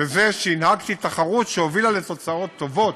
בזה שהנהגתי תחרות שהובילה לתוצאות טובות,